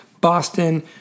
boston